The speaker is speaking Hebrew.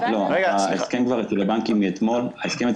ההסכם נמצא כבר אצל הבנקים מאתמול.